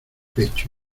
pecho